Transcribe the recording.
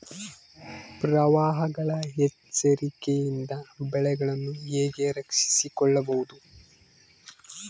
ಪ್ರವಾಹಗಳ ಎಚ್ಚರಿಕೆಯಿಂದ ಬೆಳೆಗಳನ್ನು ಹೇಗೆ ರಕ್ಷಿಸಿಕೊಳ್ಳಬಹುದು?